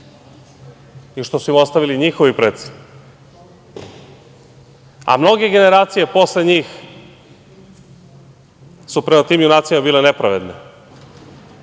i što su im ostavili njihovi preci. Mnoge generacije posle njih su prema tim junacima bile nepravedne.